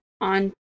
on